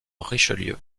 richelieu